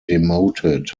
demoted